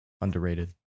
Underrated